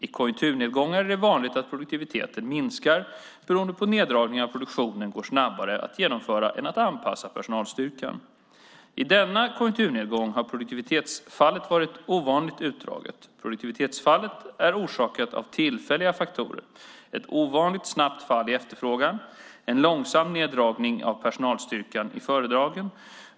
I konjunkturnedgångar är det vanligt att produktiviteten minskar beroende på att neddragningen av produktionen går snabbare att genomföra än att anpassa personalstyrkan. I denna konjunkturnedgång har produktivitetsfallet varit ovanligt utdraget. Produktivitetsfallet är orsakat av tillfälliga faktorer: ett ovanligt snabbt fall i efterfrågan och en långsam neddragning av personalstyrkan i företagen.